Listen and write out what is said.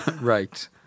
Right